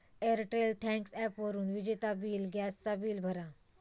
Airtel thanks ॲपवरून विजेचा bill, gas चा बिल भरा